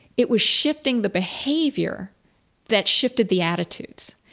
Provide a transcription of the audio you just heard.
it was shifting the behavior that shifted the attitudes,